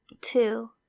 Two